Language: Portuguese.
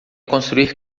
construir